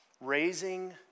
raising